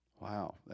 wow